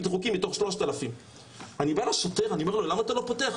חוקי מתוך 3,000. אני בא לשוטר אני אומר לו 'למה אתה לא פותח?